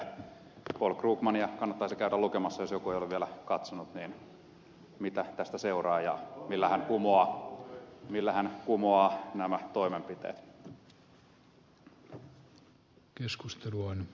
paul krugmania kannattaisi käydä lukemassa jos joku ei ole vielä katsonut mitä tästä seuraa ja millä hän kumoaa nämä toimenpiteet